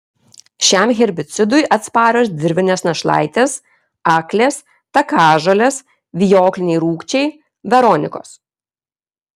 šiam herbicidui atsparios dirvinės našlaitės aklės takažolės vijokliniai rūgčiai veronikos